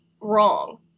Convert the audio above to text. wrong